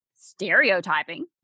stereotyping